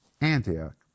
Antioch